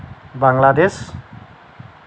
Bangladesh